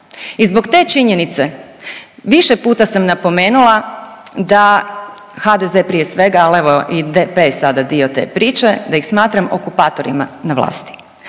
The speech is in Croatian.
I zbog te činjenice, više puta sam napomenula da HDZ prije svega al evo i DP je sada bio te priče, da ih smatram okupatorima na vlasti.